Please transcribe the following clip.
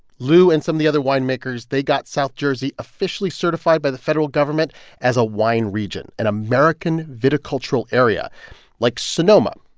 lou and some of the other winemakers, they got south jersey officially certified by the federal government as a wine region, an american viticultural area like sonoma,